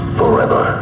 forever